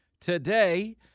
today